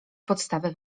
podstawę